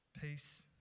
Peace